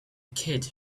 kid